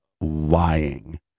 lying